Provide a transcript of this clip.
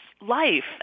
life